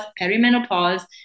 perimenopause